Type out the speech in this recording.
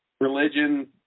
religion